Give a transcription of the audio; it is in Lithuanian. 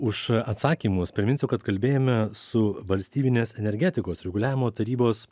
už atsakymus priminsiu kad kalbėjome su valstybinės energetikos reguliavimo tarybos